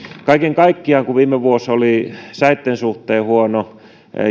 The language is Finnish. kaiken kaikkiaan kun viime vuosi oli säitten suhteen huono